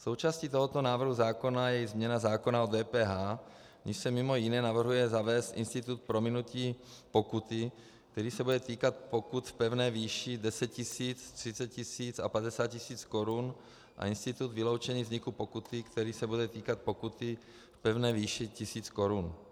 Součástí tohoto návrhu zákona je již změna zákona o DPH, v níž se mimo jiné navrhuje zavést institut prominutí pokuty, který se bude týkat pokut v pevné výši 10 tisíc, 30 tisíc a 50 tisíc korun, a institut vyloučení vzniku pokuty, který se bude týkat pokuty v pevné výši tisíc korun.